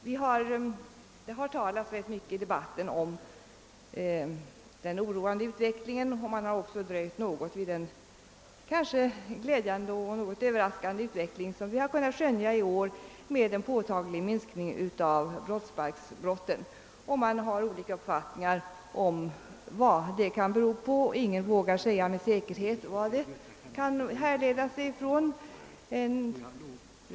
Det har i debatten talats rätt mycket om den oroande utvecklingen, men man har också dröjt vid den glädjande och kanske något överraskande utveckling som vi har kunnat skönja i år med en påtaglig minskning av brottsbalksbrotten. Man har olika uppfattningar om vad denna utveckling kan bero på, och ingen vågar säga med säkerhet, varifrån den kan härleda sig.